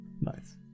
Nice